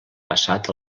passat